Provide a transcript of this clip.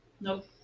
Nope